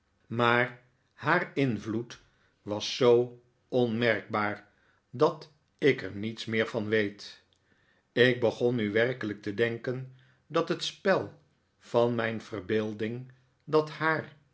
maar haar invloed was zoo onmerkbaar dat ik er niets meer van weet ik begon nu werkelijk te denken dat het spel van mijn verbeelding dat haar